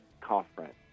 conference